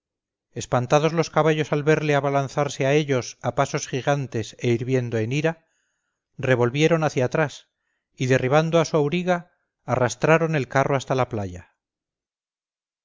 espantados los caballos al verle abalanzarse a ellos a pasos gigantes e hirviendo en ira revolvieron hacia atrás y derribando a su auriga arrastraron el carro hasta la playa